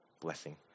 blessing